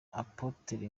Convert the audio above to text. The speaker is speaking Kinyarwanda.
apôtre